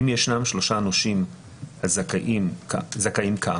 אם ישנם שלושה נושים זכאים כאמור,